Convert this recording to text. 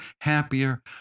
happier